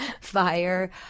Fire